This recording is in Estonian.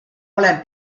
olen